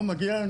לא מגיע לנו,